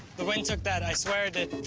the wind took that, i swear it did.